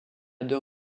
deux